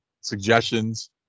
suggestions